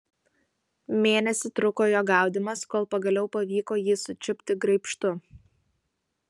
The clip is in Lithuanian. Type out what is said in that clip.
mėnesį truko jo gaudymas kol pagaliau pavyko jį sučiupti graibštu